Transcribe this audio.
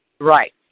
Right